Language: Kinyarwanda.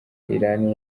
iran